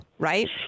Right